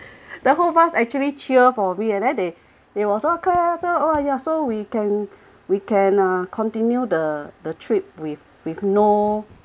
the whole bus actually cheer for me and then they there were so okay so oh ya so we can we can uh continue the the trip with with no